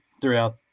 throughout